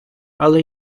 але